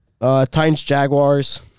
Titans-Jaguars